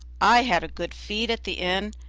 i had a good feed at the inn,